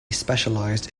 specialized